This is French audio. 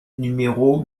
numéro